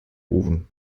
ofen